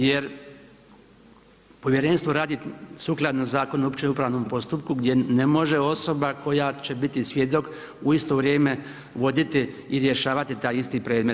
Jer povjerenstvo radi sukladno Zakonu o općem upravnom postupku gdje ne može osoba koja će biti svjedok u isto vrijeme voditi i rješavati taj isto predmet.